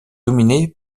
dominée